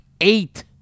Eight